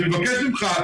אני מבקש ממך,